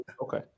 Okay